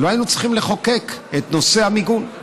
לא היינו צריכים לחוקק את נושא המיגון,